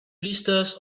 blisters